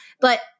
But-